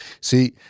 See